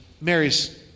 Mary's